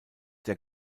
der